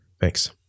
Thanks